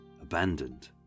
abandoned